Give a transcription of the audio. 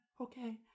Okay